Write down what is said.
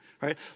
right